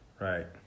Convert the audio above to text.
Right